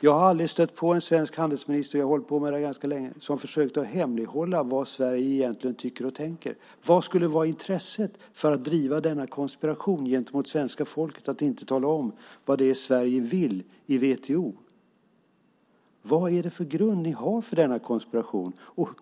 Jag har aldrig stött på en svensk handelsminister, och jag har hållit på med det här ganska länge, som har försökt att hemlighålla vad Sverige egentligen tycker och tänker. Vad skulle vara intresset för att driva denna konspiration gentemot svenska folket att inte tala om vad det är Sverige vill i WTO? Vad är det för grund ni har för denna konspiration?